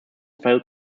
fell